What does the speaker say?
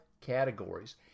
categories